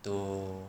to